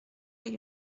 les